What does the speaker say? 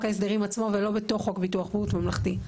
ההסדרים עצמו ולא בתוך חוק ביטוח בריאות ממלכתי,